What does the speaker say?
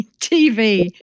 TV